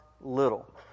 little